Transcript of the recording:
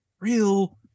real